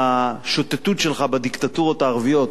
בשוטטות שלך בדיקטטורות הערביות,